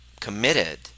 committed